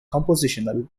compositional